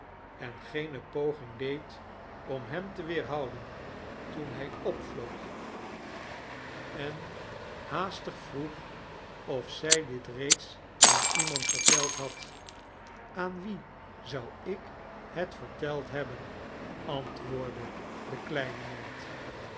en geene poging deed om hem te weerhouden toen hij opvloog en nelly haastig vroeg of zij dit reeds aan iemand verteld had aan wien zou ik het verteld hebben antwoordde de kleine meid